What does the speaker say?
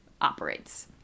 operates